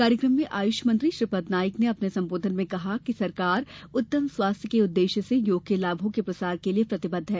कार्यक्रम में आय्ष मंत्री श्रीपद नाईक ने अपने संबोधन में कहा कि सरकार उत्तम स्वास्थ्य के उद्देश्य से योग के लाभों के प्रसार के लिए प्रतिबद्ध है